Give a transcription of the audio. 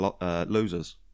losers